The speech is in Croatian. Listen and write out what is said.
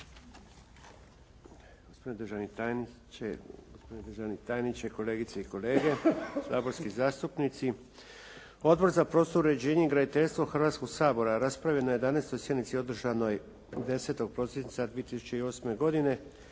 Gospodine državni tajniče, kolegice i kolege saborski zastupnici. Odbor za prostorno uređenje i graditeljstvo Hrvatskoga sabora raspravio je na 11. sjednici održanoj 10. prosinca 2008. godine,